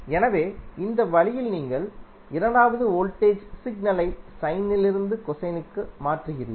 எனவே இந்த வழியில் நீங்கள் இரண்டாவது வோல்டேஜ் சிக்னலை சைனிலிருந்து கொசைனுக்கு மாற்றுகிறீர்கள்